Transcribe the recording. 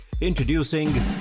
Introducing